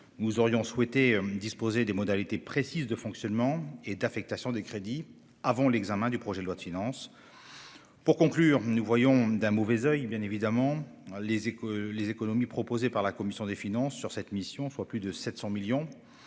Nous aurions souhaité disposer des modalités précises de fonctionnement et d'affectation des crédits avant l'examen du projet de loi de finances. Pour conclure, nous voyons naturellement d'un mauvais oeil les économies proposées par la commission des finances sur cette mission, soit plus de 700 millions